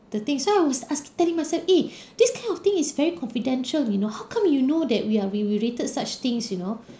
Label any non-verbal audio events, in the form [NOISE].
the things so I was ask telling myself eh [BREATH] this kind of thing is very confidential you know how come you know that we are we we rated such things you know